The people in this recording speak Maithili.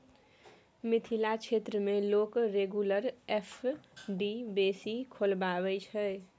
मिथिला क्षेत्र मे लोक रेगुलर एफ.डी बेसी खोलबाबै छै